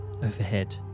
Overhead